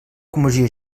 comissió